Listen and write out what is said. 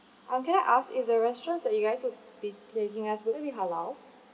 um can I ask if the restaurants that you guys would be taking us would it be halal